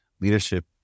leadership